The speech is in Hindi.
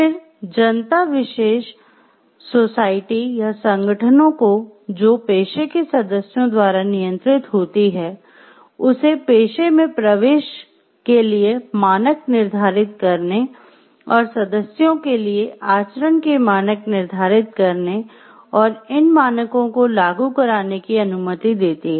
फिर जनता विशेष सोसाइटी या संगठनों को जो पेशे के सदस्यों द्वारा नियंत्रित होती है उसे पेशे में प्रवेश के लिए मानक निर्धारित करने और सदस्यों के लिए आचरण के मानक निर्धारित करने और इन मानकों को लागू कराने की अनुमति देती है